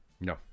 No